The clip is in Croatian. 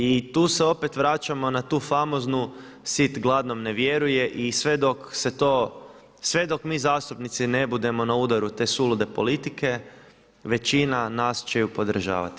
I tu se opet vraćamo na tu famoznu „sit gladnom ne vjeruje“ i sve dok se to, sve dok mi zastupnici ne budemo na udaru te sulude politike većina nas će ju podržavati.